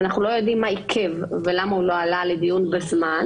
ואנחנו לא יודעים מה עיכב ולמה הוא לא עלה לדיון בזמן,